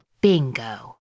Bingo